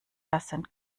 lassen